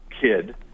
kid